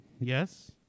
yes